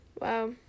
Wow